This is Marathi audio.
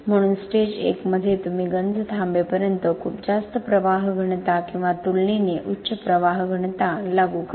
म्हणून स्टेज 1 मध्ये तुम्ही गंज थांबेपर्यंत खूप जास्त प्रवाह घनता किंवा तुलनेने उच्च प्रवाह घनता लागू करता